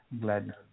glad